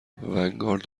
ونگارد